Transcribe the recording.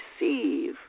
receive